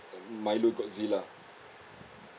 uh milo godzilla